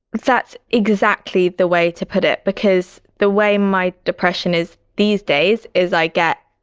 that's exactly the way to put it, because the way my depression is these days is i get,